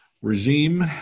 Regime